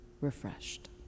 refreshed